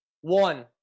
One